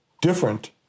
different